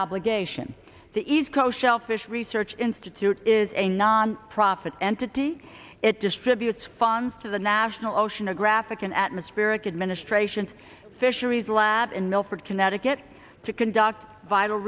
obligation the east coast shellfish research institute is a nonprofit entity it distributes funds to the national oceanographic and atmospheric administration fisheries lab in milford connecticut conducts vital